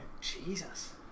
Jesus